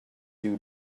you